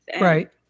right